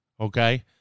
okay